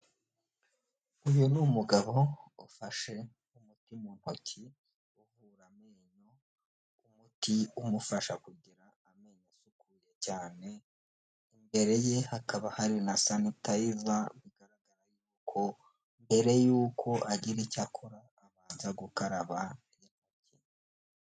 Uyu ni umugabo ufashe umuti mu ntoki uvura amenyo umuti umufasha kugira amenyo asukuye cyane imbere ye hakaba hari na sanitayiza bigaragara ko mbere y'uko agira icyo akora abanza gukaraba intoki.